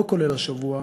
לא כולל השבוע,